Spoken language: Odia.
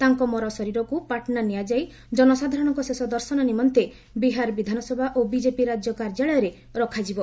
ତାଙ୍କ ମରଶରୀରକୁ ପାଟନା ନିଆଯାଇ ଜନସାଧାରଣଙ୍କ ଶେଷ ଦର୍ଶନ ନିମନ୍ତେ ବିହାର ବିଧାନସଭା ଓ ବିକେପି ରାଜ୍ୟ କାର୍ଯ୍ୟାଳୟରେ ରଖାଯିବ